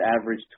average